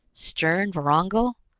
stern vorongil,